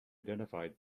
identified